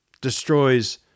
destroys